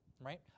right